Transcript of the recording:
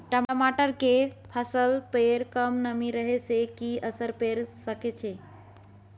टमाटर के फसल पर कम नमी रहै से कि असर पैर सके छै?